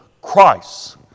Christ